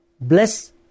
bless